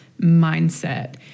mindset